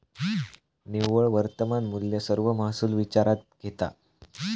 निव्वळ वर्तमान मुल्य सर्व महसुल विचारात घेता